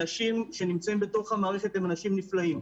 אנשים שנמצאים בתוך המערכת הם אנשים נפלאים.